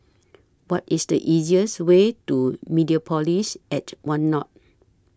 What IS The easiest Way to Mediapolis At one North